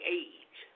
age